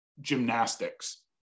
gymnastics